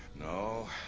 No